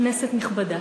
כנסת נכבדה,